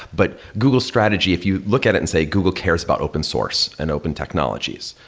but google's strategy, if you look at it and say, google cares about open source and open technologies.